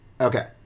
Okay